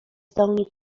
zdolni